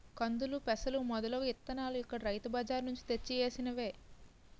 కందులు, పెసలు మొదలగు ఇత్తనాలు ఇక్కడ రైతు బజార్ నుంచి తెచ్చి వేసినవే